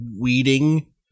weeding